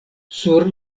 sur